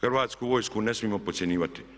Hrvatsku vojsku ne smijemo podcjenjivati.